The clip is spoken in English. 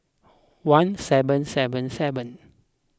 one seven seven seven